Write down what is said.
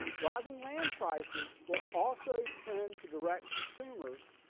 rising land prices will also tend to direct consumers